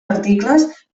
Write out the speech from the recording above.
articles